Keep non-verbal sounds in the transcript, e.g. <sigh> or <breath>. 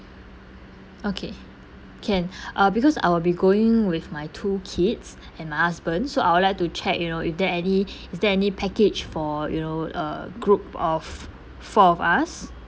okay can <breath> uh because I will be going with my two kids and my husband so I would like to check you know if there any <breath> is there any package for you know a group of four of us